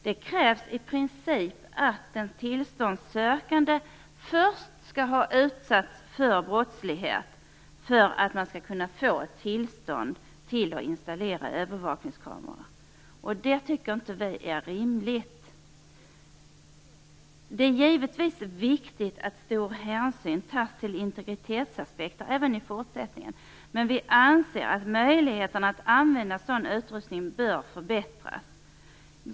Det krävs i princip att den tillståndssökande först skall ha utsatts för brottslighet för att han eller hon skall få tillstånd till att installera övervakningskameror. Det tycker inte vi är rimligt. Det är givetvis viktigt att stor hänsyn tas till integritetsaspekter även i fortsättningen, men vi anser att möjligheterna att använda sådan utrustning bör förbättras.